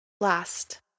Last